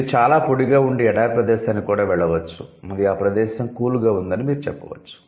మీరు చాలా పొడిగా ఉండే ఎడారి ప్రదేశానికి కూడా వెళ్ళవచ్చు మరియు ఆ ప్రదేశం 'కూల్'గా ఉందని మీరు చెప్పవచ్చు